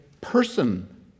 person